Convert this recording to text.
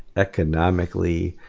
economically.